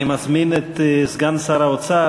אני מזמין את סגן שר האוצר,